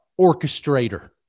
orchestrator